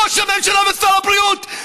ראש הממשלה ושר הבריאות,